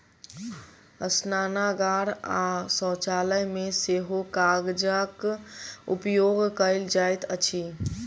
स्नानागार आ शौचालय मे सेहो कागजक उपयोग कयल जाइत अछि